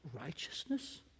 righteousness